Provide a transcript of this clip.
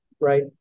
right